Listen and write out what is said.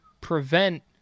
prevent